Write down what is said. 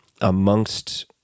amongst